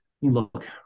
look